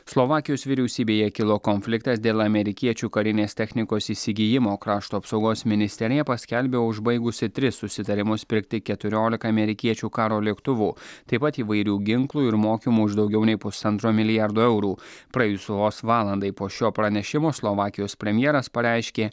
slovakijos vyriausybėje kilo konfliktas dėl amerikiečių karinės technikos įsigijimo krašto apsaugos ministerija paskelbė užbaigusi tris susitarimus pirkti keturiolika amerikiečių karo lėktuvų taip pat įvairių ginklų ir mokymų už daugiau nei pusantro milijardo eurų praėjus vos valandai po šio pranešimo slovakijos premjeras pareiškė